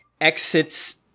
exits